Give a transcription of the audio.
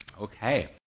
Okay